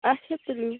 اچھا تُلِو